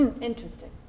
Interesting